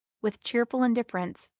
with cheerful indifference,